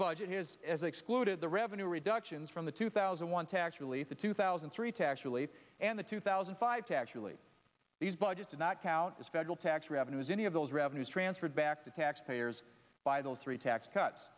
budget is as excluded the revenue reductions from the two thousand and one tax release the two thousand and three to actually and the two thousand five to actually these budgets does not count as federal tax revenues any of those revenues transferred back to taxpayers by those three tax cuts